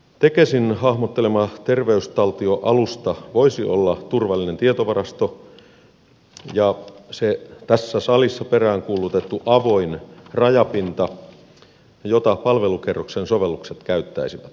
tekesin hahmottelema terveystaltio alusta voisi olla turvallinen tietovarasto ja se tässä salissa peräänkuulutettu avoin rajapinta jota palvelukerroksen sovellukset käyttäisivät